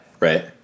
Right